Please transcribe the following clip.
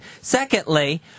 Secondly